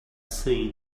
seen